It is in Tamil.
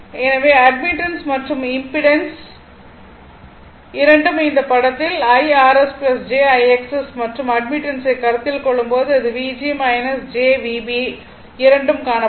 எனவே அட்மிட்டன்ஸ் மற்றும் இம்பிடன்ஸ் இரண்டும் இந்த படத்தில் Irs jIXS மற்றும் அட்மிட்டன்ஸை கருத்தில் கொள்ளும்போது அது V g j Vb இரண்டும் காணப்படும்